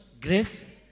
Grace